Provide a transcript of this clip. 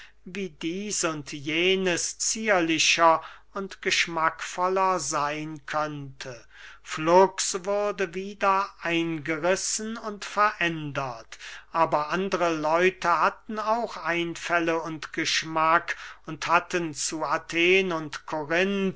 wie dieß und jenes zierlicher und geschmackvoller seyn könnte flugs wurde wieder eingerissen und verändert aber andre leute hatten auch einfälle und geschmack und hatten zu athen und